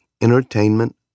entertainment